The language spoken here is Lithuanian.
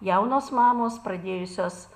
jaunos mamos pradėjusios